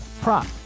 prop